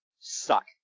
suck